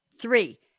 three